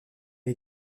est